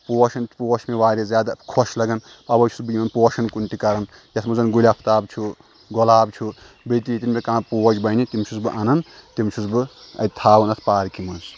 پوشن پوش چھِ مےٚ واریاہ زیادٕ خۄش لگان اوٕے چھُس بہٕ یِمن پوشن کُن تہِ کران یتھ منٛز زن گُلہِ افتاب چھُ گۄلاب چھُ بیٚیہِ تہِ ییٚتٮ۪ن مےٚ کانٛہہ پوش بنہِ تِم چھُس بہٕ انان تِم چھُس بہٕ اتہِ تھاوان اتھ پارکہِ منٛز